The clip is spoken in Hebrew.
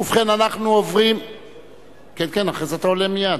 כן כן, אחרי זה אתה עולה מייד.